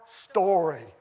story